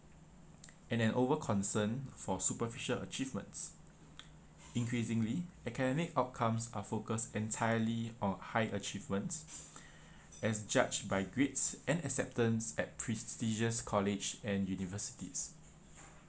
and then overconcern for superficial achievements increasingly academic outcomes are focused entirely on high achievements as judged by grades and acceptance at prestigious colleges and universities